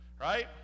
Right